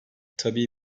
tabii